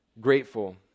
grateful